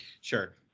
sure